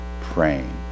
praying